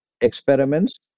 experiments